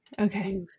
Okay